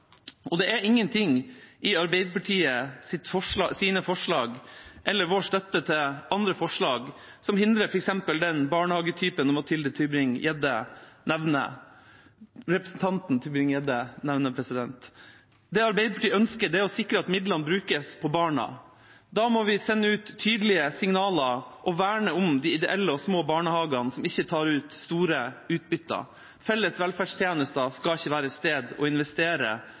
og private aktører, og det er ingenting i Arbeiderpartiets forslag, eller i vår støtte til andre forslag, som hindrer f.eks. den barnehagetypen representanten Mathilde Tybring-Gjedde nevnte. Det Arbeiderpartiet ønsker, er å sikre at midlene brukes på barna. Da må vi sende ut tydelige signaler og verne om de ideelle, små barnehagene som ikke tar ut store utbytter. Felles velferdstjenester skal ikke være et sted å investere